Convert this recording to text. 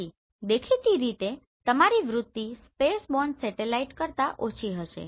તેથી દેખીતી રીતે તમારી વૃતિ સ્પેસબોર્ન સેટેલાઈટ કરતા ઓછી હશે